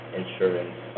insurance